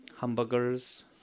hamburgers